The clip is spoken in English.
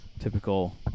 Typical